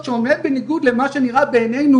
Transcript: צריך לצאת רגע מהקופסא,